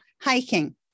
Hiking